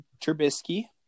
Trubisky